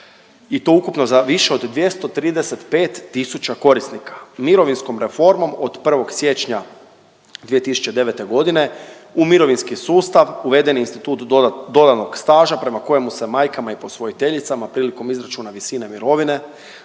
i to ukupno za više od 235000 korisnika. Mirovinskom reformom od 1. siječnja 2009. godine u mirovinski sustav uveden je institut dodanog staža prema kojemu se majkama i posvojiteljicama prilikom izračuna visine mirovine